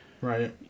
right